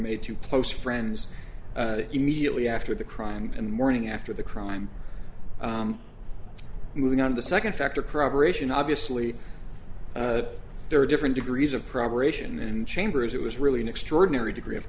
made to close friends immediately after the crime and the morning after the crime moving on the second factor corroboration obviously there are different degrees of provocation and chambers it was really an extraordinary degree of